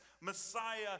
Messiah